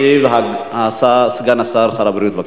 ישיב סגן שר הבריאות.